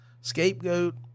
scapegoat